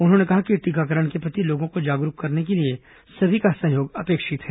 उन्होंने कहा कि टीकाकरण के प्रति लोगों को जागरूक करने के लिए सभी का सहयोग अपेक्षित है